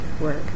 work